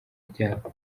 ryabo